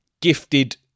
gifted